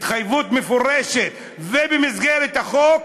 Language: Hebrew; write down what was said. התחייבות מפורשת ובמסגרת החוק,